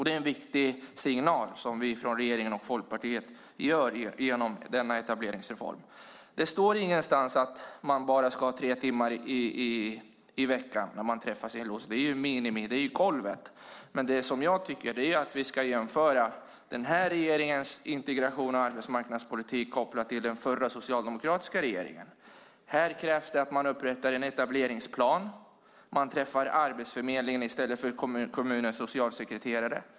Det är en viktig signal som vi från regeringen och Folkpartiet ger genom denna etableringsreform. Det står ingenstans att man bara ska ha tre timmar i veckan när man träffar sin lots. Det är golvet. Vi ska i stället jämföra den nuvarande regeringens integrations och arbetsmarknadspolitik med den förra socialdemokratiska regeringens. Här krävs att man upprättar en etableringsplan och träffar Arbetsförmedlingen i stället för kommunens socialsekreterare.